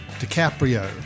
DiCaprio